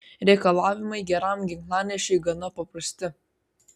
reikalavimai geram ginklanešiui gana paprasti